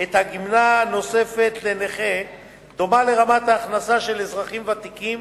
את הגמלה הנוספת לנכה דומה לרמת ההכנסה של אזרחים ותיקים